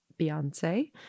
Beyonce